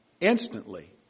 instantly